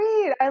great